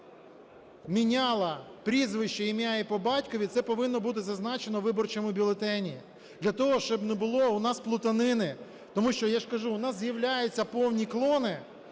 міняла прізвище, ім'я і по батькові, це повинно бути зазначено у виборчому бюлетені для того, щоб не було у нас плутанини. Тому що, я ж кажу, у нас з'являються повні клони,